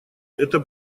эта